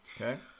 Okay